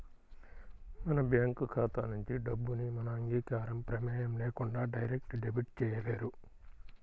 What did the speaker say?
మన బ్యేంకు ఖాతా నుంచి డబ్బుని మన అంగీకారం, ప్రమేయం లేకుండా డైరెక్ట్ డెబిట్ చేయలేరు